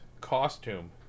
costume